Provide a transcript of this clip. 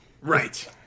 Right